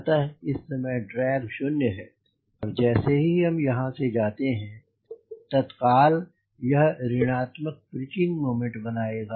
अतः इस समय ड्रैग शून्य है पर जैसे ही हम यहां से जाते हैं तत्काल यह ऋणात्मक पिचिंग मोमेंट बनाएगा